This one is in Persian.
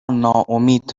ناامید